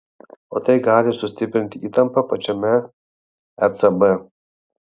o tai gali sustiprinti įtampą pačiame ecb